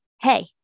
hey